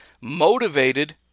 motivated